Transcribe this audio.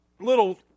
little